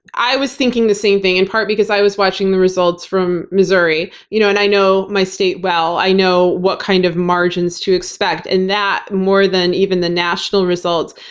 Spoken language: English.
i was thinking the same thing in part because i was watching the results from missouri you know and i know my state well. i know what kind of margins to expect, and that more than even the national results,